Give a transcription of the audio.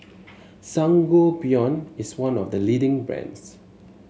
Sangobion is one of the leading brands